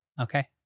Okay